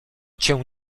cię